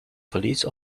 police